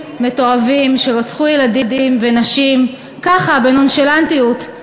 מתועבים שרצחו ילדים ונשים ככה בנונשלנטית,